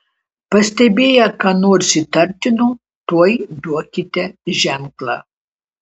pastebėję ką nors įtartino tuoj duokite ženklą